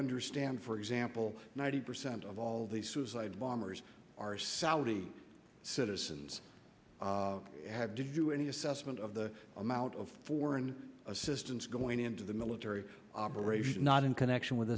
understand for example ninety percent of all the suicide bombers are saudi citizens have did you any assessment of the amount of foreign assistance going into the military operations not in connection with